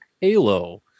Halo